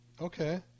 Okay